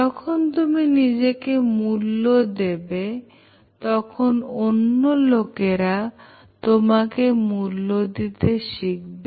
যখন তুমি নিজেকে মূল্য দেবে তখন অন্য লোকেরা তোমাকে মূল্য দিতে শিখবে